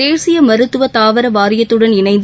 தேசிய மருத்துவ தாவர வாரியத்துடன் இணைந்து